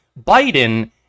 biden